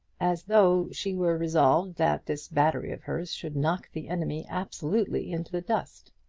as though she were resolved that this battery of hers should knock the enemy absolutely in the dust!